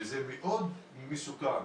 זה מאוד מסוכן.